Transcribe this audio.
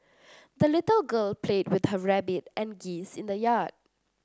the little girl played with her rabbit and geese in the yard